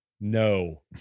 No